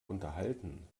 unterhalten